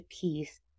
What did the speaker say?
peace